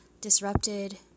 disrupted